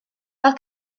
fel